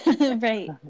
Right